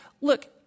look